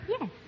Yes